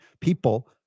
people